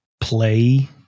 play